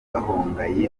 gahongayire